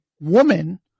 woman